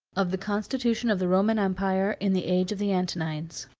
of the constitution of the roman empire, in the age of the antonines.